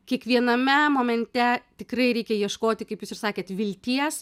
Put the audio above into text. kiekviename momente tikrai reikia ieškoti kaip jūs ir sakėt vilties